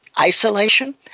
isolation